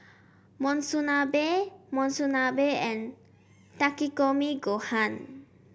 Monsunabe Monsunabe and Takikomi Gohan